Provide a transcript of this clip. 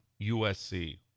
USC